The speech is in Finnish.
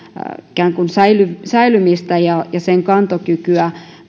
säilymistä säilymistä ja sen kantokykyä